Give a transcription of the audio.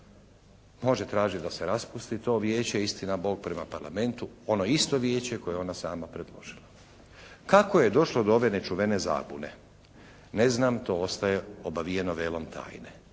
Može tražiti da se raspusti to Vijeće, istina Bog prema Parlamentu, ono isto Vijeće koje je ona sama predložila. Kako je došlo do ove nečuvene zabune? Ne znam, to ostaje obavijeno velom tajne.